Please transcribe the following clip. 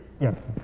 Yes